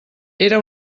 era